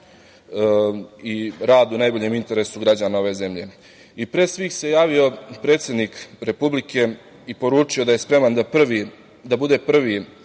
i rad u najboljem interesu građana ove zemlje. Pre svih se javio predsednik Republike i poručio da je spreman da bude prvi